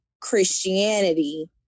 christianity